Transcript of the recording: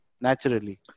naturally